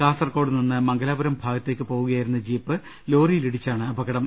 കാസർക്കോട് നിന്ന് മംഗലാപുരം ഭാഗത്തേക്ക് പോവുക യായിരുന്ന ജീപ്പ് ലോറിയിലിടിച്ചാണ് അപകടം